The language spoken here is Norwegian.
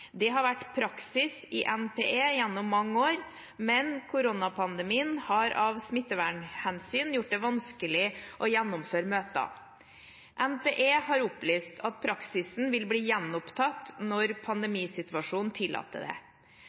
Det har vært praksis i NPE gjennom mange år, men koronapandemien har av smittevernhensyn gjort det vanskelig å gjennomføre møter. NPE har opplyst at praksisen vil bli gjenopptatt når pandemisituasjonen tillater det.